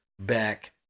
back